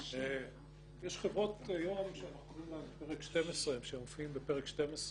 יש חברות היום שהן מופיעות בפרק 12,